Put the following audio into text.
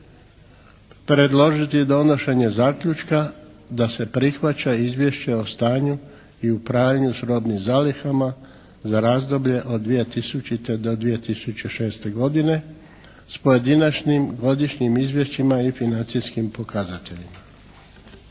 predložiti donošenje zaključka da se prihvaća Izvješće o stanju i upravljanju s robnim zalihama za razdoblje od 2000. do 2006. godine, s pojedinačnim godišnjim izvješćima i financijskim pokazateljima.